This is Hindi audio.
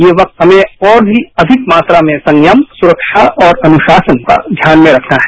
ये क्रा हमें और भी अधिक मात्रा में संयय सुख्बा और अनुशासन का ध्यान में रखना है